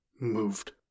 moved